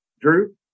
Drew